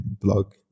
blog